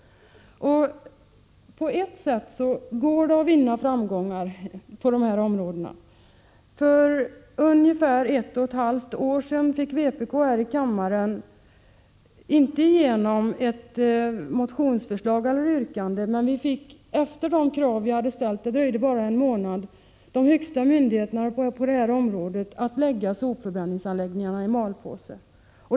På ett sätt går det att vinna framgångar på de här områdena. För ungefär ett och ett halvt år sedan fick vpk här i kammaren visserligen inte igenom ett motionsförslag eller yrkande, men det dröjde bara en månad tills de högsta myndigheterna på området lade sopförbränningsanläggningarna i malpåse.